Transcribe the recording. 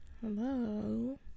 Hello